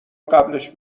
قبلش